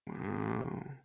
Wow